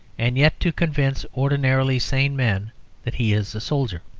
and yet to convince ordinarily sane men that he is a soldier.